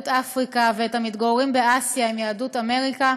אפריקה ואת המתגוררים באסיה עם יהדות אמריקה,